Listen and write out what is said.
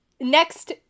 Next